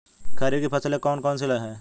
खरीफ की फसलें कौन कौन सी हैं?